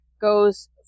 goes